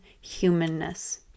humanness